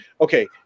okay